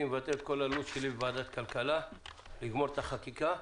מבטל את כל הלו"ז שלי בוועדת הכלכלה כדי לסיים את החקיקה.